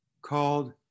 called